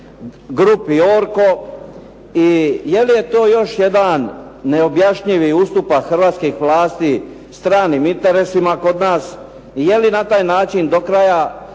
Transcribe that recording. grupi "ORCO" i je li to još jedan neobjašnjivi ustupak hrvatskih vlasti stranim interesima kod nas i je li na taj način do kraja